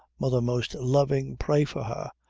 mother most loving, pray for her!